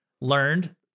learned